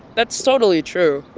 that's totally true.